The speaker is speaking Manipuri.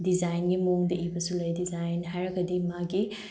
ꯗꯤꯖꯥꯏꯟꯒꯤ ꯃꯑꯣꯡꯗ ꯏꯕꯁꯨ ꯂꯩ ꯗꯤꯖꯥꯏꯟ ꯍꯥꯏꯔꯒꯗꯤ ꯃꯥꯒꯤ